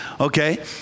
Okay